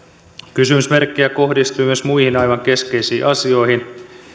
kysymysmerkkejä kohdistuu myös muihin aivan keskeisiin asioihin